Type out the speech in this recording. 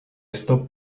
esto